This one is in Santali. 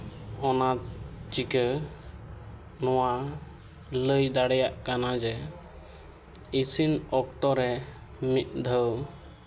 ᱚᱱᱟ ᱪᱤᱠᱟᱹ ᱱᱚᱣᱟ ᱞᱟᱹᱭ ᱫᱟᱲᱮᱭᱟᱜ ᱠᱟᱱᱟ ᱡᱮ ᱤᱥᱤᱱ ᱚᱠᱛᱚ ᱨᱮ ᱢᱤᱫ ᱫᱷᱟᱹᱣ